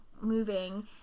moving